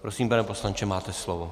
Prosím, pane poslanče, máte slovo.